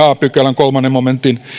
a pykälän kolmannen momentin